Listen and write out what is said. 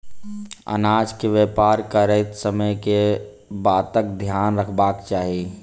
अनाज केँ व्यापार करैत समय केँ बातक ध्यान रखबाक चाहि?